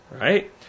right